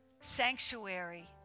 sanctuary